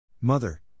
Mother